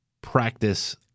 practice